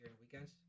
weekends